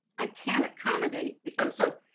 i can accommodate so